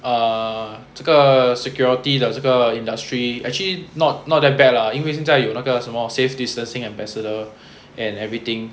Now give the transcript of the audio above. err 这个 security 的这个 industry actually not not that bad lah 因为现在有那个什么 safe distancing ambassador and everything